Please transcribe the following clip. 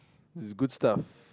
is good stuff